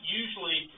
usually